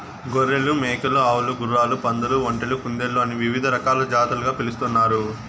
గొర్రెలు, మేకలు, ఆవులు, గుర్రాలు, పందులు, ఒంటెలు, కుందేళ్ళు అని వివిధ రకాల జాతులుగా పిలుస్తున్నారు